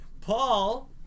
Paul